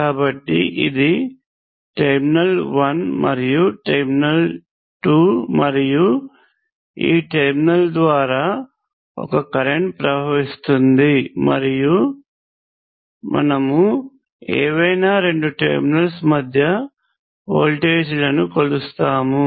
కాబట్టి ఇది టెర్మినల్ 1 మరియు టెర్మినల్ 2 మరియు ఈ టెర్మినల్ ద్వారా ఒక కరెంట్ ప్రవహిస్తుంది మరియు మనము ఏవైనా రెండు టెర్మినల్స్ మధ్య వోల్టేజ్లను కొలుస్తాము